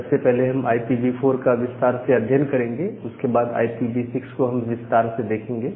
सबसे पहले हम IPv4 का विस्तार से अध्ययन करेंगे उसके बाद IPv6 को हम विस्तार से देखेंगे